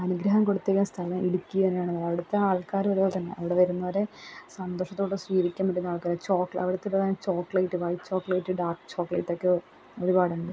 അനുഗ്രഹം കൊടുത്തിരിന്ന സ്ഥലം ഇടുക്കി തന്നെയാണ് അവിടത്തെ ആൾക്കാരും അതുപോലെ തന്നെ അവിടെ വരുന്നവരെ സന്തോഷത്തോടെ സീകരിക്കാൻ വരുന്ന ആൾക്കാര് അവർക്ക് ചോക്ലേറ്റ് വൈറ്റ് ചോക്ലേറ്റ് ഡാർക്ക് ചോക്ലേറ്റൊക്കെ ഒരുപാടുണ്ട്